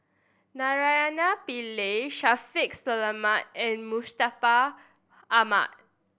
Naraina Pillai Shaffiq Selamat and Mustaq Ahmad